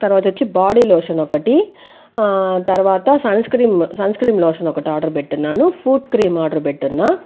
తర్వాత వచ్చి body lotion ఒకటి తర్వాత sunscreen sunscreen lotion ఒకటి ఆర్డర్ పెట్టి ఉన్నాను ఫుట్ క్రీం ఆర్డర్ పెట్టి ఉన్న